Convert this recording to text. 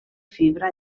fibra